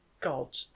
god